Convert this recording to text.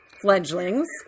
fledglings